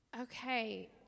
Okay